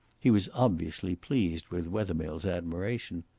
he was obviously pleased with wethermill's admiration.